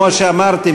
כמו שאמרתי,